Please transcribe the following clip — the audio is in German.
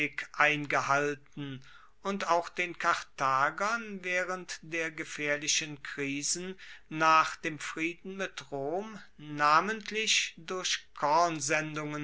eingehalten und auch den karthagern waehrend der gefaehrlichen krisen nach dem frieden mit rom namentlich durch